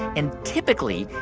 and typically,